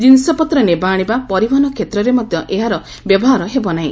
କିନିଷପତ୍ର ନେବା ଆଶିବା ପରିବହନ କ୍ଷେତ୍ରରେ ମଧ୍ଧ ଏହାର ବ୍ୟବହାର ହେବ ନାହି